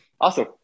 Awesome